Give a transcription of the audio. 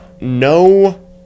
no